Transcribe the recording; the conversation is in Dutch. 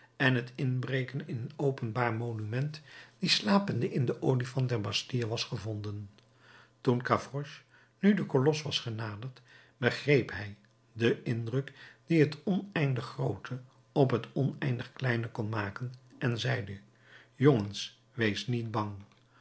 en het inbreken in een openbaar monument die slapende in den olifant der bastille was gevonden toen gavroche nu den kolos was genaderd begreep hij den indruk dien het oneindig groote op het oneindig kleine kon maken en zeide jongens weest niet bang